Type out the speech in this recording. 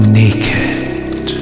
naked